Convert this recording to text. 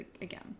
again